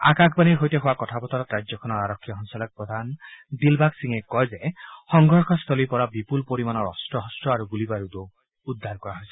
আকাশবাণীৰ সৈতে হোৱা কথা বতৰাত ৰাজ্যখনৰ আৰক্ষী সঞ্চালকপ্ৰধান দিলবাগ সিঙে কয় যে সংঘৰ্ষস্থলীৰ পৰা বিপুল পৰিমাণৰ অস্ত্ৰ শস্ত্ৰ আৰু গুলী বাৰুদো উদ্ধাৰ কৰা হৈছে